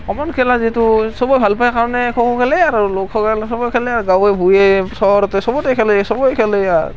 common খেলা যিহেতু সবে ভাল পায় কাৰণে খ' খ' খেলে আৰু লোকসকল সবে খেলে গাঁৱে ভূঞে চহৰতে সবতে খেলে সবেই খেলে আৰু